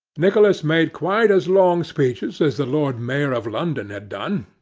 nicholas made quite as long speeches as the lord mayor of london had done,